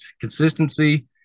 Consistency